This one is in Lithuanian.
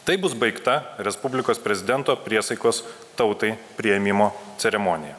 taip bus baigta respublikos prezidento priesaikos tautai priėmimo ceremonija